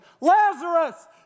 Lazarus